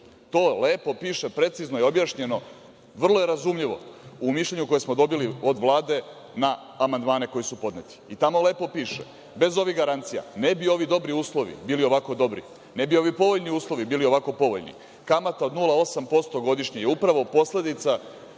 To lepo piše i precizno je objašnjeno. Vrlo je razumljivo u mišljenju koje smo dobili od Vlade na amandmane koji su podneti. Tamo lepo piše, bez ovih garancija ne ovi uslovi bili ovako dobri. Ne bi ovi povoljni uslovi bili ovako povoljni, kamata od 0,8% godišnje je posledica